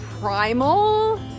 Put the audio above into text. primal